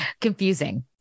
confusing